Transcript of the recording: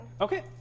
Okay